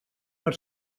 per